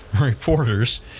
reporters